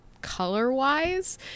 color-wise